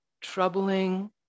troubling